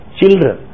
children